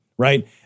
right